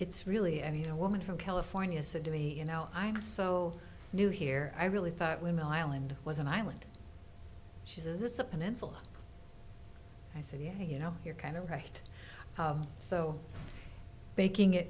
it's really and you know woman from california said to me you know i'm so new here i really thought women island was an island she says it's a peninsula i said yeah you know you're kind of right so making